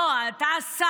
לא, אתה השר.